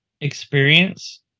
experience